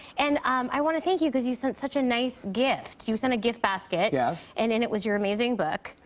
and um i want to thank you cause you sent such a nice gift. you sent a gift basket. yes. and in it was your amazing book,